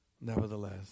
nevertheless